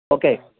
okay